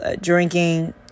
drinking